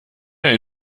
der